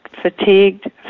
fatigued